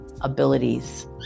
abilities